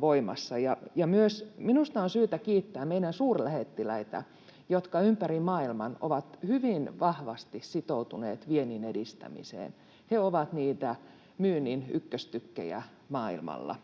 voimassa tälläkin kertaa. Minusta on syytä myös kiittää meidän suurlähettiläitä, jotka ympäri maailman ovat hyvin vahvasti sitoutuneet vienninedistämiseen. He ovat niitä myynnin ykköstykkejä maailmalla